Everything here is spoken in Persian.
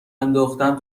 انداختم